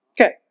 Okay